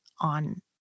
on